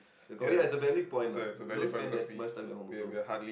you ya it's a valid point lah you don't spend that much time at home also